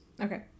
okay